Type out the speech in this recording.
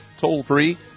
toll-free